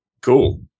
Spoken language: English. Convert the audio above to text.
cool